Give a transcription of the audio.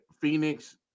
Phoenix